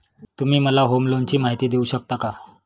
तुम्ही मला होम लोनची माहिती देऊ शकता का?